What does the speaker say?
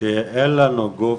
זה גניבה.